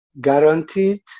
guaranteed